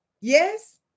yes